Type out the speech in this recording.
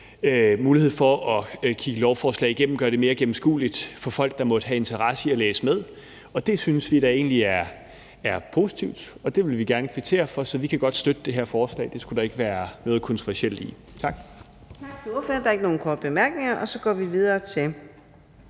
hurtigere at kigge lovforslag igennem og gøre det mere gennemskueligt for folk, der måtte have interesse i at læse med. Det synes vi da egentlig er positivt, og det vil vi gerne kvittere for, så vi kan godt støtte det her forslag. Det skulle der ikke være noget kontroversielt i. Tak.